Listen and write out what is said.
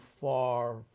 far